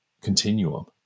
continuum